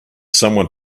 someone